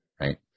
Right